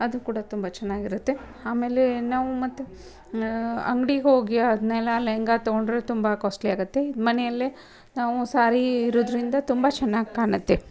ಅದು ಕೂಡ ತುಂಬ ಚೆನ್ನಾಗಿರುತ್ತೆ ಆಮೇಲೆ ನಾವು ಮತ್ತು ಅಂಗ್ಡಿಗೆ ಹೋಗಿ ಅದ್ನೆಲ್ಲ ಲೆಹಂಗಾ ತಗೊಂಡರೆ ತುಂಬ ಕಾಸ್ಟ್ಲಿ ಆಗುತ್ತೆ ಇದು ಮನೆಯಲ್ಲೇ ನಾವು ಸಾರೀ ಇರೋದರಿಂದ ತುಂಬ ಚೆನ್ನಾಗಿ ಕಾಣುತ್ತೆ